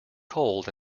cold